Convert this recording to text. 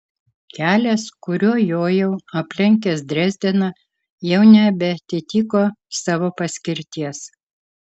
kelias kuriuo jojau aplenkęs drezdeną jau nebeatitiko savo paskirties